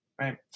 right